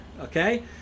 Okay